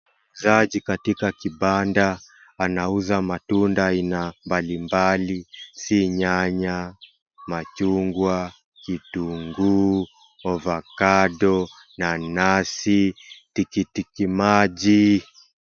Muuzaji wa kibanda anauza matunda mbali mbali, si nyanya, machungwa, kitunguu, avocado , nanasi, tikitikimaji.